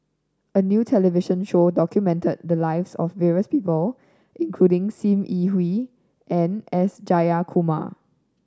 a new television show documented the lives of various people including Sim Yi Hui and S Jayakumar